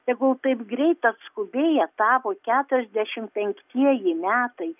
tegul taip greit atskubėję tapo keturiasdešimt penktieji metai